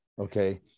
Okay